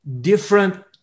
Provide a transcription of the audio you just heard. different